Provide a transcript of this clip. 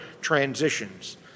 transitions